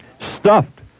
stuffed